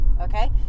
Okay